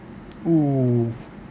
oo